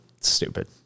stupid